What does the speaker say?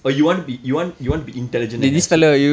oh you want to be you want you want to be intelligent and have sup~